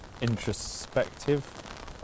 introspective